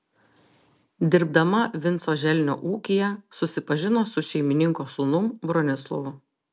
dirbdama vinco želnio ūkyje susipažino su šeimininko sūnum bronislovu